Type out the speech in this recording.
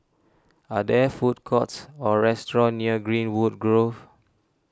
are there food courts or restaurants near Greenwood Grove